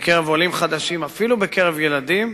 בקרב עולים חדשים, אפילו בקרב ילדים,